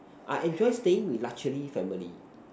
I enjoy staying with luxury family